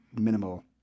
minimal